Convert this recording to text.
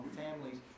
families